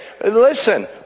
listen